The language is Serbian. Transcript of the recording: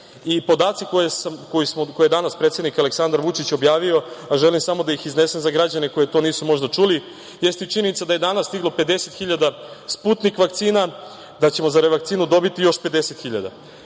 Podaci koje je danas predsednik Aleksandar Vučić objavio, a želim samo da ih iznesem za građane koji to nisu možda čuli, jeste i činjenica da je danas stiglo 50.000 Sputnik vakcina, da ćemo za revakcinu dobiti još 50.000,